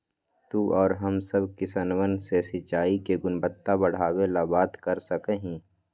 तू और हम सब किसनवन से सिंचाई के गुणवत्ता बढ़ावे ला बात कर सका ही